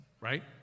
right